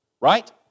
Right